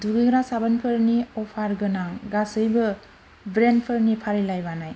दुगैग्रा साबोनफोरनि अफार गोनां गासैबो ब्रेन्डफोरनि फारिलाइ बानाय